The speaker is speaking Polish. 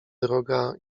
droga